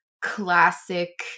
classic